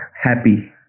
happy